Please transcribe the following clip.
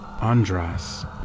Andras